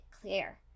clear